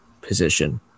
position